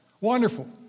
Wonderful